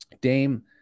Dame